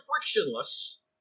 frictionless